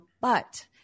but-